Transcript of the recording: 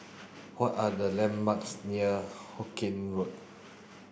what are the landmarks near Hawkinge Road